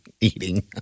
Eating